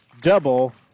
double